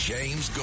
James